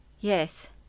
Yes